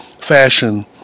fashion